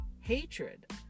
hatred